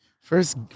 First